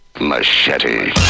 Machete